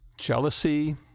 Jealousy